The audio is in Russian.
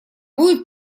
будет